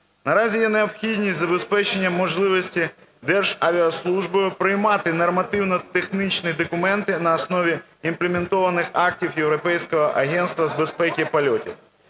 Наразі є необхідність забезпечення можливості Державіаслужбою приймати нормативно-технічні документи на основі імплементованих актів Європейського Агентства з безпеки польотів.